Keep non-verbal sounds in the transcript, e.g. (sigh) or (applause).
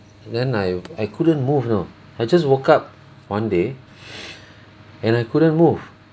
then I I couldn't move you know I just woke up one day (breath) and I couldn't move